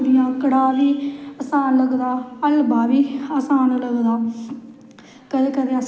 मिठाई लेई जंदियां लड्डु लेई जंदियां बर्फी लेई जंदियां